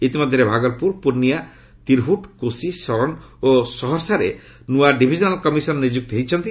ଇତିମଧ୍ୟରେ ଭାଗଲପୁର ପୂର୍ଣ୍ଣିଆ ତିରହୁଟ କୋଶି ସରନ ଓ ସହରସା ଠାରେ ନୂଆ ଡିଭିଜନାଲ କମିଶନର ନିଯୁକ୍ତ ହୋଇଛନ୍ତି